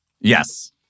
Yes